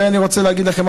ואני רוצה להגיד לכם,